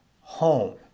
home